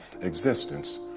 existence